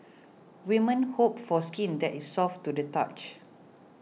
women hope for skin that is soft to the touch